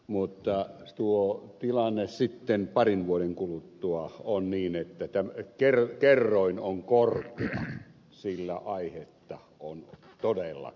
mutta tuo tilanne sitten parin vuoden kuluttua on niin että kerroin on korkea sillä aihetta on todellakin